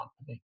company